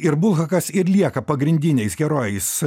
ir bulhakas ir lieka pagrindiniais herojais